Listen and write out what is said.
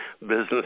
business